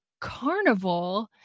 carnival